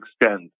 extend